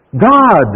God